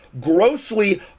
grossly